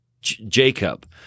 jacob